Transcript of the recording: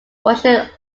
russian